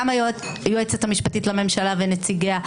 גם היועצת המשפטית לממשלה ונציגיה,